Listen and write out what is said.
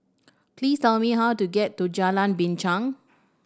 please tell me how to get to Jalan Binchang